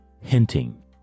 Hinting